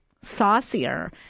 saucier